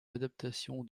l’adaptation